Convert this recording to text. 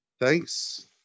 thanks